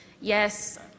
yes